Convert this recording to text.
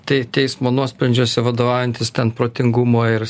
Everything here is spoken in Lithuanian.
tai teismo nuosprendžiuose vadovaujantis ten protingumo ir